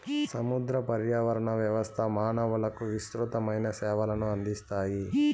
సముద్ర పర్యావరణ వ్యవస్థ మానవులకు విసృతమైన సేవలను అందిస్తాయి